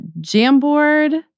Jamboard